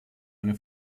eine